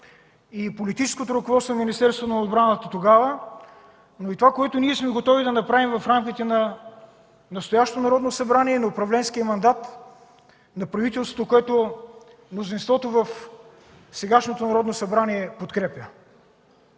и политическото ръководство на Министерството на отбраната тогава, но и това, което ние сме готови да направим в рамките на настоящото Народно събрание и на управленския мандат на правителството, което мнозинството в сегашното Народно събрание подкрепя.